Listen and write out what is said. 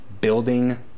building